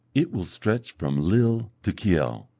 it will stretch from lille to kiel,